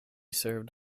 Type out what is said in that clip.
served